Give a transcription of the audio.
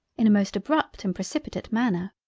in a most abrupt and precipitate manner.